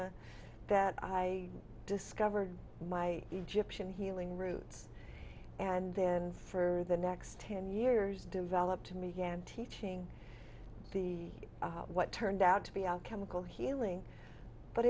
huna that i discovered my egyptian healing roots and then for the next ten years developed to me again teaching be what turned out to be alchemical healing but